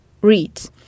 read